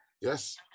Yes